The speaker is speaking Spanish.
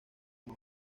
más